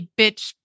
bitch